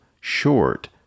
short